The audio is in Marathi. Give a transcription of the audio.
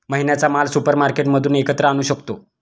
महिन्याचा माल सुपरमार्केटमधून एकत्र आणू शकतो